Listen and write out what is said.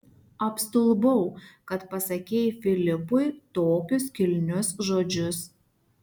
apstulbau kad pasakei filipui tokius kilnius žodžius